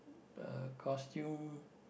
the costume